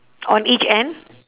on each end